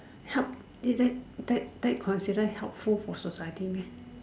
help that that that confident helpful for society